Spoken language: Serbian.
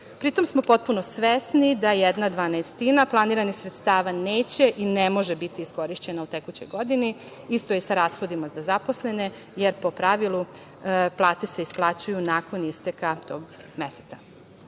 godinu. Pritom smo potpuno svesni da jedna dvanaestina planiranih sredstava neće i ne može biti iskorišćena u tekućoj godini, isto je i sa rashodima za zaposlene, jer po pravilu plate se isplaćuju nakon isteka tog meseca.